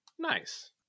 Nice